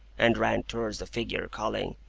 and ran towards the figure, calling,